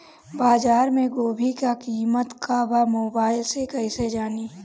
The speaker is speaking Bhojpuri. बाजार में गोभी के कीमत का बा मोबाइल से कइसे जानी?